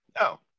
No